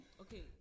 Okay